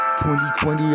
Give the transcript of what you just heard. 2020